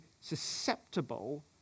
susceptible